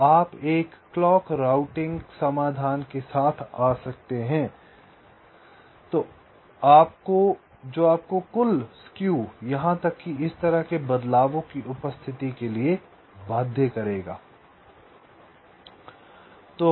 तो आप एक क्लॉक राउटिंग समाधान के साथ आ सकते हैं जो आपको कुल स्क्यू यहां तक कि इस तरह के बदलावों की उपस्थिति के लिए बाध्य करेगा